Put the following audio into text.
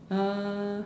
uh